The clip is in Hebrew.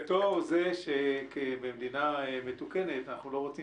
מתוך זה שבמדינה מתוקנת אנחנו לא רוצים